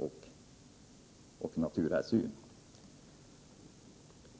När